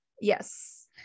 yes